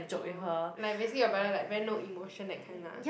orh like basically your brother like very no emotion that kind lah